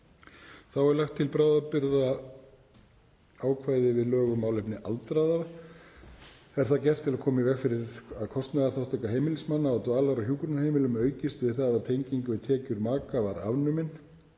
Þá er lagt til ákvæði til bráðabirgða við lög um málefni aldraðra. Er það gert til að koma í veg fyrir að kostnaðarþátttaka heimilismanna á dvalar- og hjúkrunar¬heimil¬um aukist við það að tenging við tekjur maka var afnumin.